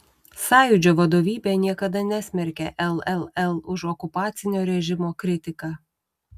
sąjūdžio vadovybė niekada nesmerkė lll už okupacinio režimo kritiką